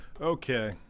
Okay